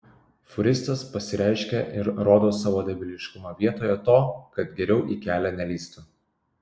fūristas pasireiškė ir rodo savo debiliškumą vietoje to kad geriau į kelią nelįstų